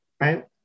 Right